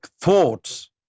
thoughts